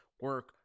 Work